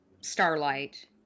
Starlight